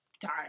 time